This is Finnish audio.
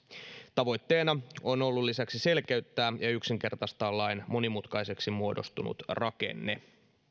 tavoitteena on ollut lisäksi selkeyttää ja yksinkertaistaa lain monimutkaiseksi muodostunut rakenne